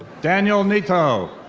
daniel neto.